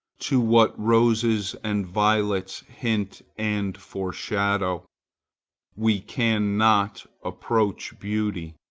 to what roses and violets hint and foreshow. we cannot approach beauty.